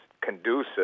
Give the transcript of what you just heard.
conducive